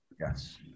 yes